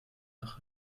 nach